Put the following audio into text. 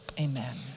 amen